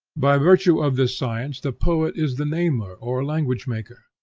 by virtue of this science the poet is the namer or language-maker,